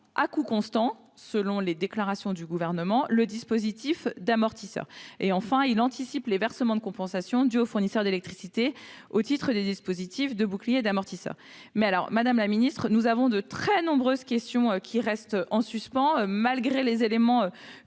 à coût constant, selon les déclarations du Gouvernement, le dispositif d'amortisseur ; et d'anticiper les versements de compensations dus aux fournisseurs d'électricité au titre des dispositifs de bouclier et d'amortisseur. Madame la ministre, nous avons de très nombreuses questions, qui restent en suspens malgré les éléments